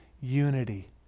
unity